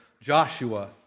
Joshua